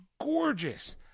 gorgeous